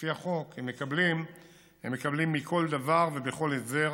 לפי החוק הם מקבלים מכל דבר ובכל הסדר